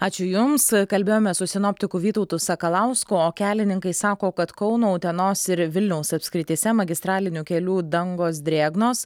ačiū jums kalbėjome su sinoptiku vytautu sakalausku o kelininkai sako kad kauno utenos ir vilniaus apskrityse magistralinių kelių dangos drėgnos